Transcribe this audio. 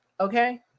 Okay